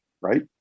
right